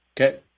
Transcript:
Okay